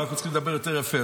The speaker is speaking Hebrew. אבל אנחנו צריכים לדבר יותר יפה.